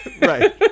Right